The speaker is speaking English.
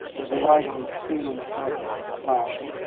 the light on the ceiling starts to flash